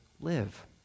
live